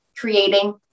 creating